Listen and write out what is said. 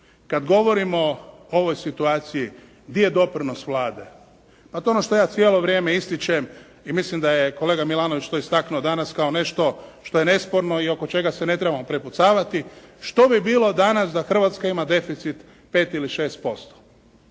kad govorimo o ovoj situaciji gdje je doprinos Vlade, pa to je ono što ja cijelo vrijeme ističem i mislim da je kolega Milanović to istaknuo danas kao nešto što je nesporno i oko čega se ne trebamo prepucavati. Što bi bilo danas da Hrvatska ima deficit 5 ili 6%?